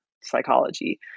psychology